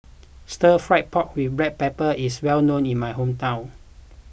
Stir Fried Pork with Black Pepper is well known in my hometown